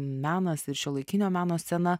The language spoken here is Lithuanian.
menas ir šiuolaikinio meno scena